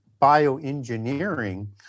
bioengineering